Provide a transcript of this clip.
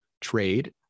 trade